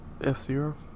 F-Zero